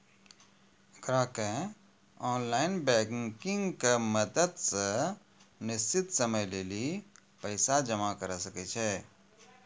ग्राहकें online banking के मदत से निश्चित समय लेली पैसा जमा करै सकै छै